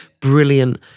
brilliant